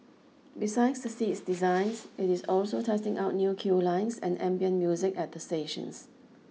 besides the seats designs it is also testing out new queue lines and ambient music at the stations